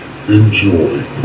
Enjoy